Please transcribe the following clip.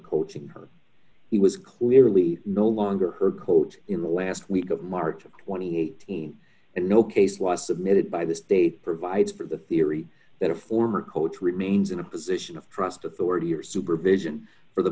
coaching her he was clearly no longer her coat in the last week of marks of twenty eight teams and no case law submitted by the state provides for the theory that a former coach remains in a position of trust authority or supervision for the